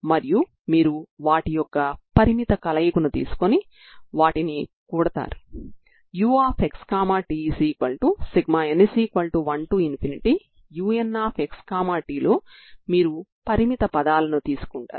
ఇప్పుడు ఈ పరిష్కారంలో ఆర్బిటర్రీ స్థిరాంకాలు An Bn లను కనుక్కోవలసి ఉంది